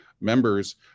members